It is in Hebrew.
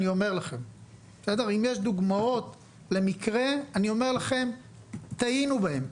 אם יש דוגמאות למקרה, אני אומר לכם שטעינו בהם.